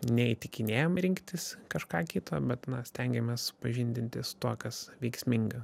neįtikinėjam rinktis kažką kito bet na stengiamės supažindinti su tuo kas veiksminga